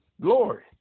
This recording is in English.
glory